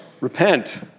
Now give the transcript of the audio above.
repent